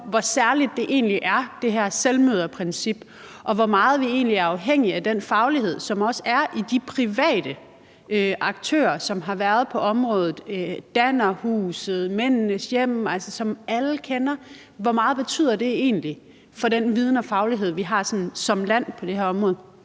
hvor særligt det her selvmøderprincip egentlig er, og hvor meget vi egentlig er afhængige af den faglighed, som også er hos de private aktører, som har været på området, Dannerhuset, Mændenes Hjem, som alle kender, og hvor meget det egentlig betyder for den viden og faglighed, vi har som land på det her område?